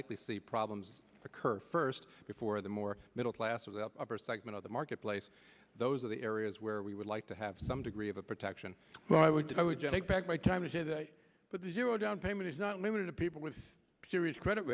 likely see problems occur first before the more middle class of the upper segment of the marketplace those are the areas where we would like to have some degree of a protection well i would if i would just take back my time but the zero down payment is not limited to people with serious credit